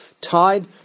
tied